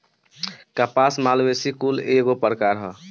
कपास मालवेसी कुल के एगो प्रकार ह